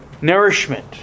nourishment